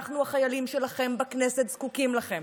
אנחנו, החיילים שלכם בכנסת, זקוקים לכם